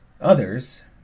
Others